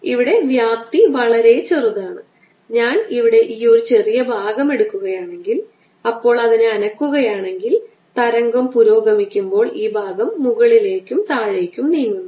ഇവിടെ വ്യാപ്തി വളരെ ചെറുതാണ് ഞാൻ ഇവിടെ ഈ ഒരു ചെറിയ ഭാഗം എടുക്കുകയാണെങ്കിൽ അപ്പോൾ അതിനെ അനക്കുകയാണെങ്കിൽ തരംഗം പുരോഗമിക്കുമ്പോൾ ഈ ഭാഗം മുകളിലേക്കും താഴേക്കും നീങ്ങുന്നു